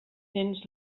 cents